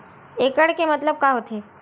एकड़ के मतलब का होथे?